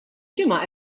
ġimgħa